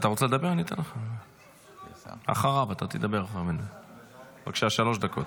שלוש דקות.